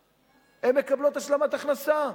בכלל, הן מקבלות השלמת הכנסה.